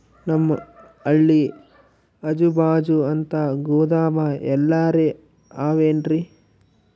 ನಮ್ ಹಳ್ಳಿ ಅಜುಬಾಜು ಅಂತ ಗೋದಾಮ ಎಲ್ಲರೆ ಅವೇನ್ರಿ?